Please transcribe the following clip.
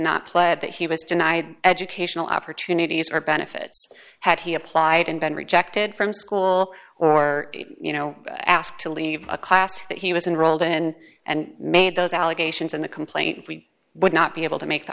not played that he was denied educational opportunities or benefits had he applied and been rejected from school or you know asked to leave a class that he wasn't rolled in and made those allegations in the complaint we would not be able to make the